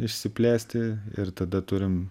išsiplėsti ir tada turim